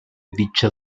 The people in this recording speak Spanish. dicha